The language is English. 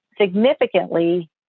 significantly